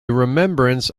remembrance